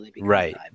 Right